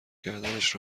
کردنش